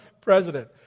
president